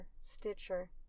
Stitcher